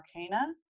Arcana